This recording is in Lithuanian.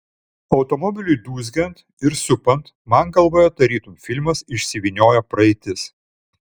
automobiliui dūzgiant ir supant man galvoje tarytum filmas išsivyniojo praeitis